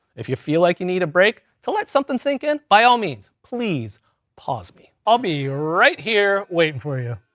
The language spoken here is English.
if you feel like you need a break to so let something sink in, by all means, please pause me. i'll be right here waiting for you.